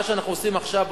מה שאנחנו עושים עכשיו,